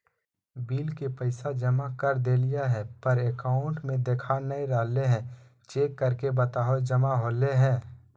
Bill के पैसा जमा कर देलियाय है पर अकाउंट में देखा नय रहले है, चेक करके बताहो जमा होले है?